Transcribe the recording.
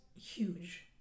huge